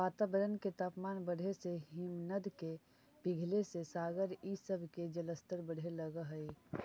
वातावरण के तापमान बढ़े से हिमनद के पिघले से सागर इ सब के जलस्तर बढ़े लगऽ हई